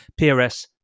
PRS